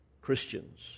Christians